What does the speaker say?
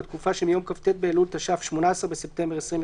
בתקופה שמיום כ"ט באלול התש"ף (18 בספטמבר 2020),